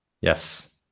Yes